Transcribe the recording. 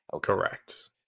Correct